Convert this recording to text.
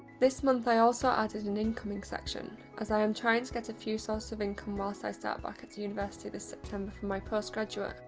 this month i also added an incoming section, as i am trying to get a few sources of income whilst i start back at university this september for my postgraduate.